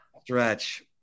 Stretch